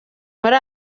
muri